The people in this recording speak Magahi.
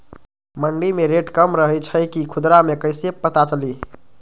मंडी मे रेट कम रही छई कि खुदरा मे कैसे पता चली?